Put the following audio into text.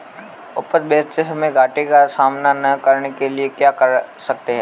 उपज बेचते समय घाटे का सामना न करने के लिए हम क्या कर सकते हैं?